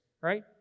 right